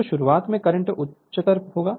तो शुरुआत में करंट उच्चतर होगा